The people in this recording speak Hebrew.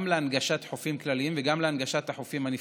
גם להנגשת חופים כלליים וגם להנגשת החופים הנפרדים.